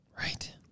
right